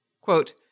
quote